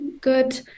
good